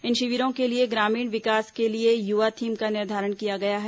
इन शिविरों के लिए ग्रामीण विकास के लिए युवा थीम का निर्धारण किया गया है